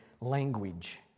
language